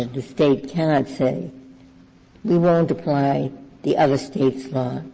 the state cannot say we won't apply the other state's law,